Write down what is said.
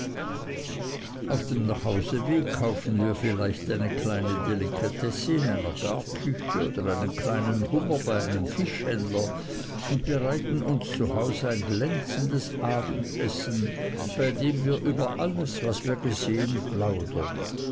auf dem nachhausewege kaufen wir vielleicht eine kleine delikatesse in einer garküche oder einen kleinen hummer bei einem fischhändler und bereiten uns zu hause ein glänzendes abendessen bei dem wir über alles was wir gesehen plaudern